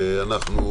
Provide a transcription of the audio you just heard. אנחנו